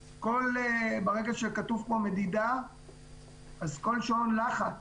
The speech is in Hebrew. ברגע שכתוב פה מדידה, אז כל שעון לחץ